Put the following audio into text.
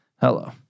Hello